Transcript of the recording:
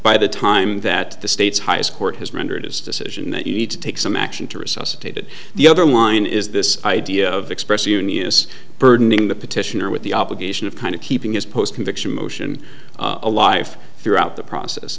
by the time that the state's highest court has rendered his decision that you need to take some action to resuscitate it the other line is this idea of express unius burdening the petitioner with the obligation of kind of keeping his post conviction motion alive throughout the process